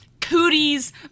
cooties